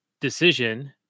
decision